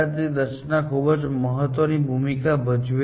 નીચલા સ્તરે તમે જાણો છો કે પદાર્થની રચના ખૂબ જ મહત્વપૂર્ણ ભૂમિકા ભજવે છે